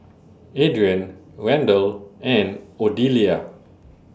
Adrien Randall and Odelia